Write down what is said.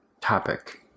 topic